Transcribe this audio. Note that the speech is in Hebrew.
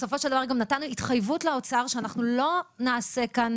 בסופו של דבר גם נתנו התחייבות לאוצר שאנחנו לא נעשה כאן